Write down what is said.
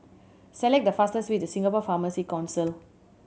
select the fastest way to Singapore Pharmacy Council